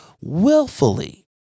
willfully